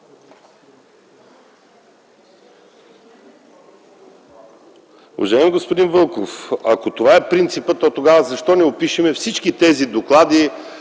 Уважаеми господин Вълков, ако това е принципът, тогава защо не опишем всички доклади